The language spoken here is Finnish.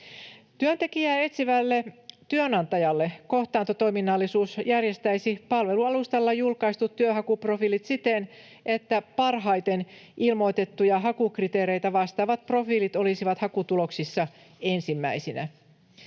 Työntekijää etsivälle työnantajalle kohtaantotoiminnallisuus järjestäisi palvelualustalla julkaistut työnhakuprofiilit siten, että parhaiten ilmoitettuja hakukriteereitä vastaavat profiilit olisivat hakutuloksissa ensimmäisinä.